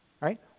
Right